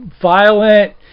violent